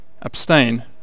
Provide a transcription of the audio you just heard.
Abstain